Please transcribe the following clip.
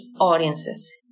audiences